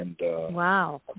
Wow